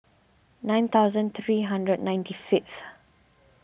nine thousand three hundred ninety fifth